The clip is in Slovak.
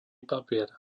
papier